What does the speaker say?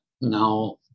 now